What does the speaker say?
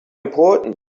important